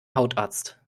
hautarzt